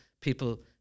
people